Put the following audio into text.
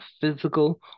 physical